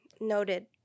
Noted